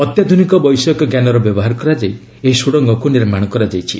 ଅତ୍ୟାଧୁନିକ ବୈଷୟକିଜ୍ଞାନର ବ୍ୟବହାର କରାଯାଇ ଏହି ସୁଡ଼ଙ୍ଗକୁ ନିର୍ମାଣ କରାଯାଇଛି